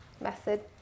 method